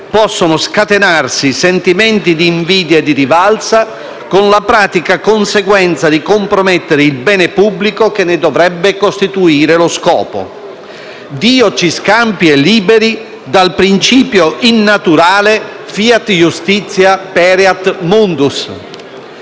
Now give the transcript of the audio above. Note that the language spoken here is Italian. possono scatenarsi sentimenti di invidia e di rivalsa con la pratica conseguenza di compromettere il bene pubblico che ne dovrebbe costituire lo scopo. Dio ci scampi e liberi dal principio innaturale *fiat iustitia et pereat mundus*.